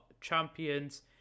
champions